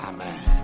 Amen